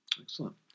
excellent